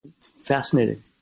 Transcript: Fascinating